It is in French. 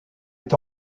est